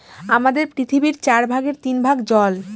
আমাদের পৃথিবীর চার ভাগের তিন ভাগ জল